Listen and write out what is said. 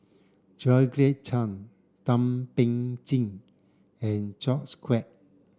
Georgette Chen Thum Ping Tjin and George Quek